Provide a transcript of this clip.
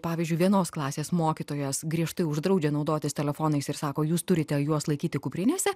pavyzdžiui vienos klasės mokytojas griežtai uždraudžia naudotis telefonais ir sako jūs turite juos laikyti kuprinėse